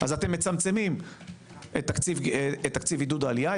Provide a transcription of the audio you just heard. אז אתם מצמצמים את תקציב עידוד העלייה,